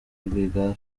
rwigara